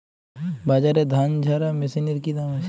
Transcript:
বাজারে ধান ঝারা মেশিনের কি দাম আছে?